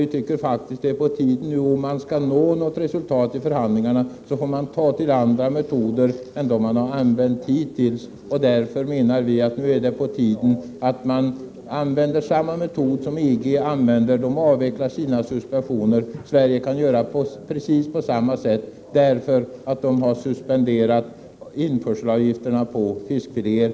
Vi tycker faktiskt att om man skall nå resultat i förhandlingarna, får man ta till andra metoder än dem man har använt hittills. Därför menar vi att det nu är på tiden att använda samma metod som EG använder. EG avvecklar sina suspensioner. Sverige kan göra på precis samma sätt, eftersom man har suspenderat införselavgifterna på fiskfiléer.